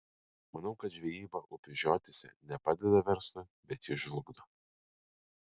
manau kad žvejyba upių žiotyse ne padeda verslui bet jį žlugdo